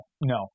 No